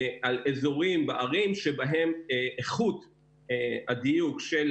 על אזורים וערים שבהם איכות הדיוק של